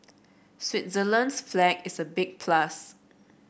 Switzerland's flag is a big plus